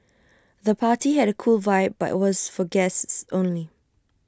the party had A cool vibe but was for guests only